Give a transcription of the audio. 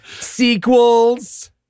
sequels